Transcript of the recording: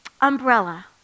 umbrella